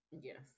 yes